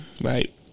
right